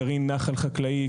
גרעין נחל חקלאי,